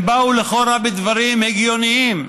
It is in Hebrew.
הם באו לכאורה בדברים הגיוניים,